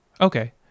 Okay